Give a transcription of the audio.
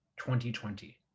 2020